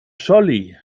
scholli